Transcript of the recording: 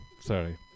Sorry